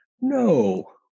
no